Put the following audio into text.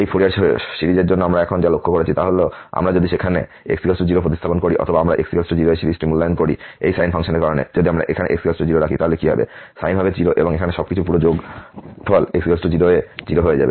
এই ফুরিয়ার সিরিজের জন্য আমরা এখন যা লক্ষ্য করেছি তা হল আমরা যদি সেখানে x 0 প্রতিস্থাপিত করি অথবা আমরা x 0 এ সিরিজটি মূল্যায়ন করি এই সাইন ফাংশনের কারণে যদি আমরা এখানে x 0 রাখি তাহলে কি হবে সাইন হবে 0 এবং এখানে সবকিছু পুরো যোগফল x 0 এ 0 হয়ে যাবে